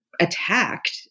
attacked